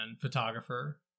photographer